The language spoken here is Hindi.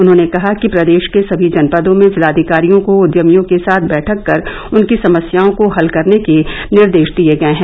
उन्होंने कहा कि प्रदेश के सभी जनपदों में जिलाधिकारियों को उद्यमियों के साथ बैठक कर उनकी समस्याओं को हल करने के निर्देश दिये गये हैं